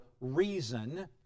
reason